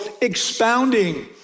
expounding